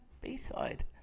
b-side